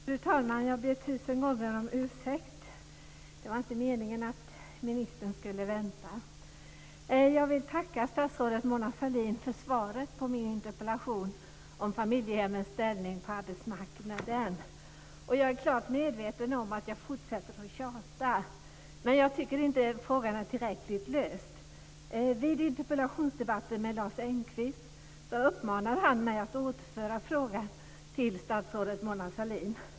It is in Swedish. Herr talman! Jag vill tacka statsrådet Mona Sahlin för svaret på min interpellation om familjehemmens ställning på arbetsmarknaden. Jag är klart medveten om att jag fortsätter att tjata. Men jag tycker inte att frågan är tillräckligt löst. Vid interpellationsdebatten med Lars Engqvist uppmanade han mig att återföra frågan till statsrådet Mona Sahlin.